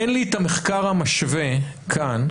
אין לי את המחקר המשווה כאן,